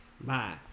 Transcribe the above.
Bye